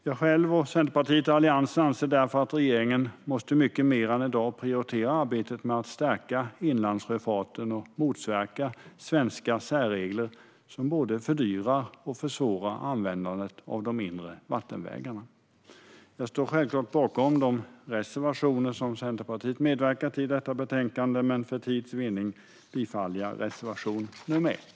Jag själv, Centerpartiet och Alliansen anser att regeringen mycket mer än i dag måste prioritera arbetet med att stärka inlandssjöfarten och motverka svenska särregler som både fördyrar och försvårar användandet av de inre vattenvägarna. Jag står givetvis bakom de reservationer som Centerpartiet medverkat i, men för tids vinnande yrkar jag bifall endast till reservation nr 1.